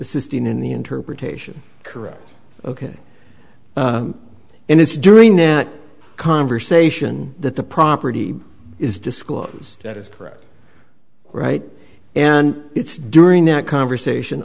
in the interpretation correct ok and it's during that conversation that the property is disclosed that is correct right and it's during that conversation